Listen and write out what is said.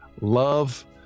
Love